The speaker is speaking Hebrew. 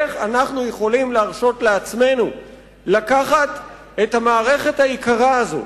איך אנחנו יכולים להרשות לעצמנו לקחת את המערכת היקרה הזאת,